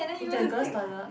in the girls toilet